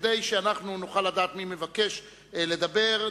כדי שנוכל לדעת מי מבקש לדבר,